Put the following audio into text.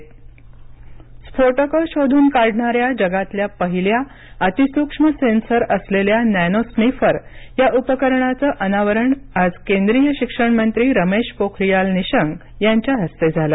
नॅनोरिनिफर स्फोटकं शोधून काढणाऱ्या जगातल्या पहिल्या अतीसूक्ष्म सेन्सर असलेल्या नॅनोस्निफर या उपकरणाचं अनावरण आज केंद्रीय शिक्षण मंत्री रमेश पोखरियाल निशंक यांच्या हस्ते झालं